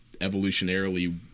evolutionarily